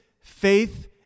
faith